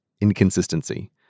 inconsistency